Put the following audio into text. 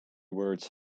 words